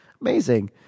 amazing